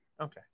Okay